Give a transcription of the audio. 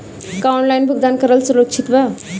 का ऑनलाइन भुगतान करल सुरक्षित बा?